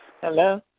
Hello